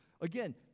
Again